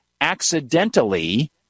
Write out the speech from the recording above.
accidentally